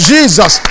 Jesus